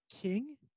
King